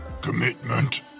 Commitment